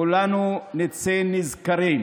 כולנו נצא נשכרים,